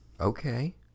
okay